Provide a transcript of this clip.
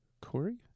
Corey